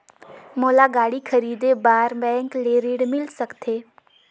मोला गाड़ी खरीदे बार बैंक ले ऋण मिल सकथे?